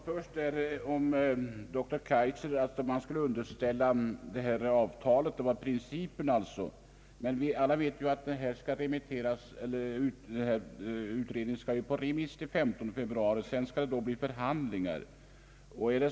Herr talman! Först ett par ord till herr Kaijser. Alla vet att utredningens betänkande skall vara ute på remiss till den 15 februari och att det därefter skall bli förhandlingar.